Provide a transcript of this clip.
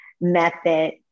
method